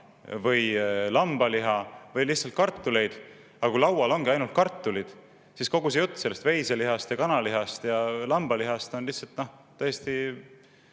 või lambaliha või lihtsalt kartuleid, aga kui laual ongi ainult kartulid, siis kogu see jutt veiselihast, kanalihast ja lambalihast on lihtsalt täiesti